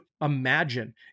imagine